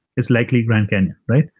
it's likely grand canyon, right?